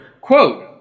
quote